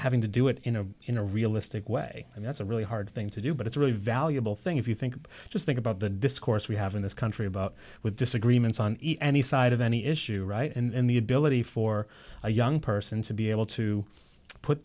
having to do it you know in a realistic way and that's a really hard thing to do but it's a really valuable thing if you think just think about the discourse we have in this country about with disagreements on any side of any issue right and the ability for a young person to be able to put